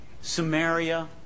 Samaria